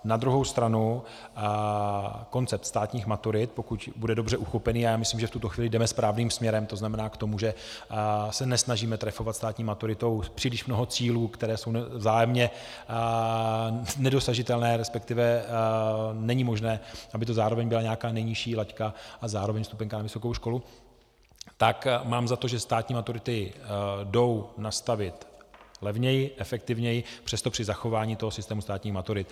Na druhou stranu koncept státních maturit, pokud bude dobře uchopený, a já myslím, že v tuto chvíli jdeme správným směrem, k tomu, že se nesnažíme trefovat státní maturitou příliš mnoho cílů, které jsou vzájemně nedosažitelné, resp. není možné, aby to zároveň byla nějaká nejnižší laťka a zároveň vstupenka na vysokou školu, tak mám za to, že státní maturity jdou nastavit levněji, efektivněji, přesto při zachování systému státních maturit.